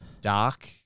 dark